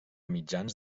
mitjans